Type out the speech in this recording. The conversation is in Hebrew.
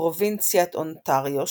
בפרובינציית אונטריו שבקנדה,